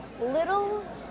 little